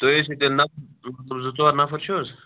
تُہۍ ٲسِو تیٚلہِ نَفر زٕ ژور نَفر چھُو حظ